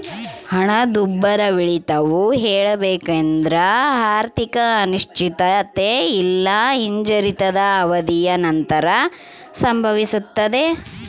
ಹಣದುಬ್ಬರವಿಳಿತವು ಹೇಳಬೇಕೆಂದ್ರ ಆರ್ಥಿಕ ಅನಿಶ್ಚಿತತೆ ಇಲ್ಲಾ ಹಿಂಜರಿತದ ಅವಧಿಯ ನಂತರ ಸಂಭವಿಸ್ತದೆ